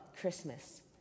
Christmas